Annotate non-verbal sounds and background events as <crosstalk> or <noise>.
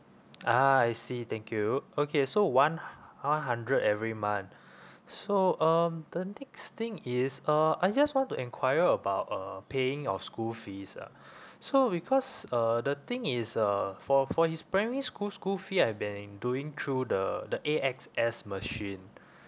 ah I see thank you okay so one h~ one hundred every month <breath> so um the next thing is uh I just want to enquire about uh paying your school fees ah <breath> so because uh the thing is uh for for his primary school school fee I've been doing through the the A_X_S machine <breath>